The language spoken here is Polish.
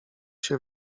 się